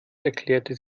erklärte